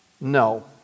No